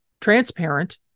transparent